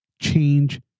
change